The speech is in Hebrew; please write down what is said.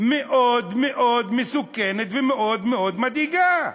מאוד מאוד מסוכנת ומאוד מאוד מדאיגה.